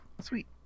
Sweet